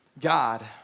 God